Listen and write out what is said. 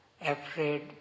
afraid